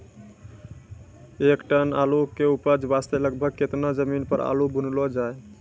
एक टन आलू के उपज वास्ते लगभग केतना जमीन पर आलू बुनलो जाय?